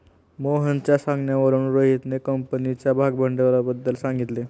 मोहनच्या सांगण्यावरून रोहितने कंपनीच्या भागभांडवलाबद्दल सांगितले